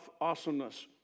awesomeness